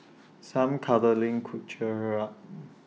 some cuddling could cheer her up